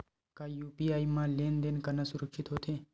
का यू.पी.आई म लेन देन करना सुरक्षित होथे?